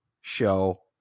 show